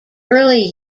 early